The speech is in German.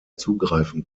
zugreifen